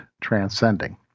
transcending